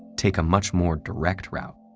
take a much more direct route.